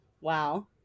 wow